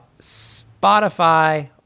Spotify